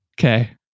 Okay